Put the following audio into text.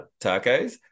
tacos